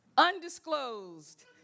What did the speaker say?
Undisclosed